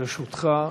לרשותך.